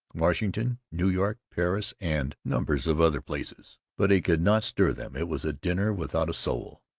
washington, new york, paris, and numbers of other places. but he could not stir them. it was a dinner without a soul.